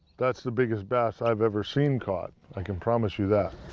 that's the biggest bass i have ever seen caught, i can promise you that.